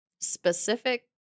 specific